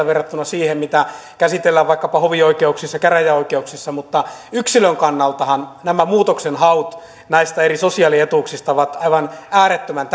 verrattuna siihen mitä käsitellään vaikkapa hovioikeuksissa ja käräjäoikeuksissa mutta yksilön kannalta nämä muutoksenhaut näistä eri sosiaalietuuksista ovat aivan äärettömän